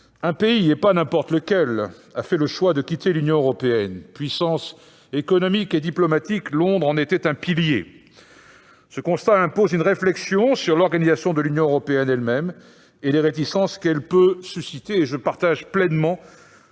un pays- et pas n'importe lequel -a fait le choix de quitter l'Union européenne. Puissance économique et diplomatique, Londres en était un pilier. Ce constat impose une réflexion sur l'organisation de l'Union européenne elle-même et les réticences qu'elle peut susciter. Je partage ainsi pleinement